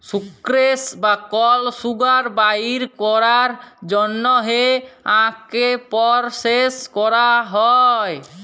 sucrose বা কল sugar বাইর ক্যরার জ্যনহে আখকে পরসেস ক্যরা হ্যয়